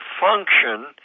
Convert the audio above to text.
function